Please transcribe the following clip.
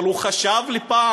אבל הוא חשב על פעם.